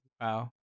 Wow